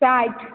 साठि